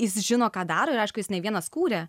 jis žino ką daro ir aišku jis ne vienas kūrė